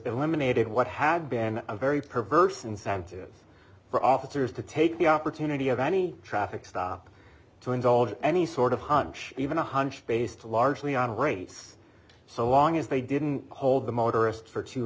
eliminated what had been a very perverse incentive for officers to take the opportunity of any traffic stop to indulge any sort of hunch even a hunch based largely on race so long as they didn't hold the motorist for too